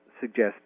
suggest